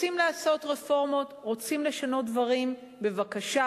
רוצים לעשות רפורמות, רוצים לשנות דברים, בבקשה.